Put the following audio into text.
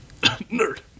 Nerd